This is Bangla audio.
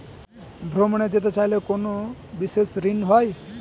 ভ্রমণে যেতে চাইলে কোনো বিশেষ ঋণ হয়?